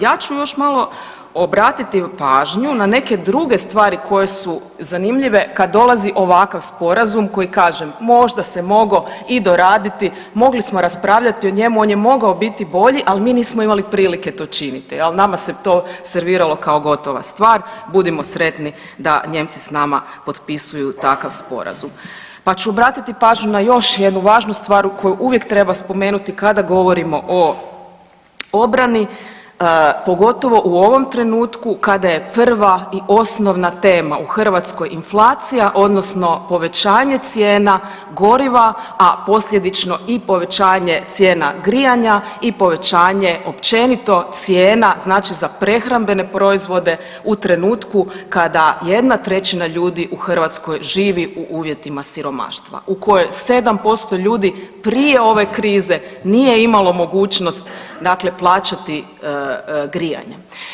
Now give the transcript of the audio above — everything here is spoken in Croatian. Ja ću još malo obratiti pažnju na neke druge stvari koje su zanimljive kad dolazi ovakav sporazum koji, kažem, možda se mogao i doraditi, mogli smo raspravljati o njemu, on je mogao biti bolji, ali mi nismo imali prilike to činiti, je li, nama se to serviralo kao gotova stvar, budimo sretni da Nijemci s nama potpisuju takav sporazum pa ću obratiti pažnju na još jednu važnu stvar u koju uvijek treba spomenuti kada govorimo o obrani, pogotovo u ovom trenutku kada je prva i osnovna tema u Hrvatskoj inflacija, odnosno povećanje cijena goriva, a posljedično i povećanje cijena grijanja i povećanje, općenito, cijena, znači za prehrambene proizvode u trenutku kada jedna trećina ljudi u Hrvatskoj živi u uvjetima siromaštva u koje 7% ljudi prije ove krize nije imalo mogućnost dakle, plaćati grijanje.